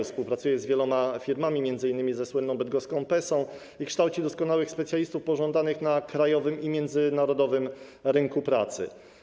Współpracuje z wieloma firmami, m.in. ze słynną bydgoską Pesą, i kształci doskonałych specjalistów pożądanych na krajowym i międzynarodowym rynku pracy.